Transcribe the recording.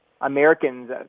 Americans